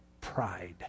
pride